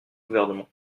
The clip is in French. gouvernement